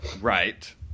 Right